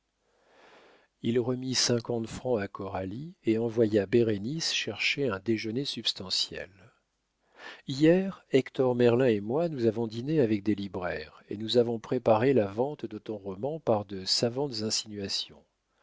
il remit cinquante francs à coralie et envoya bérénice chercher un déjeuner substantiel hier hector merlin et moi nous avons dîné avec des libraires et nous avons préparé la vente de ton roman par de savantes insinuations